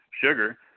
sugar